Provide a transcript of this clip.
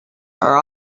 are